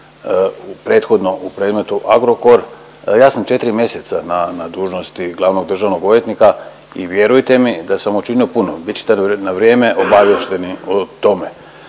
prethodno u predmetu Agrokor. Ja sam 4 mjeseca na, na dužnosti glavnog državnog odvjetnika i vjerujte mi da sam učinio puno, bit ćete na vrijeme obaviješteni o tome.